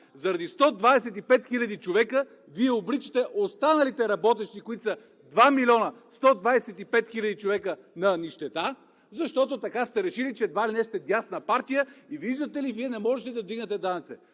Заради 125 хиляди човека Вие обричате останалите работещи на нищета, които са 2 милиона и 125 хиляди човека, защото сте решили, че едва ли не сте дясна партия и, виждате ли, не можете да вдигнете данъците.